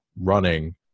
running